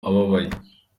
ababaye